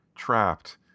Trapped